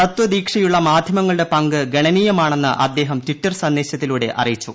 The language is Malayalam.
തത്വദീക്ഷയുള്ള മാധ്യമങ്ങളുടെ പങ്ക് ഗണനീയമാണെന്ന് അദ്ദേഹം ട്വിറ്റർ സന്ദേശത്തിലൂടെ അറിയിച്ചു